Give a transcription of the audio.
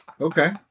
Okay